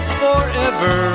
forever